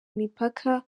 imipaka